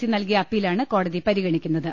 C നൽകിയ അപ്പീലാണ് കോടതി പരിഗണിക്കു ന്നത്